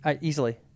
easily